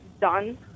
done